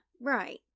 right